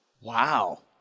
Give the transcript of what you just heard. Wow